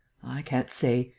i can't say.